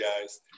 guys